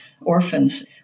orphans